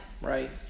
right